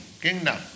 Kingdom